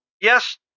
Yes